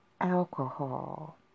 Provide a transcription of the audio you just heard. Alcohol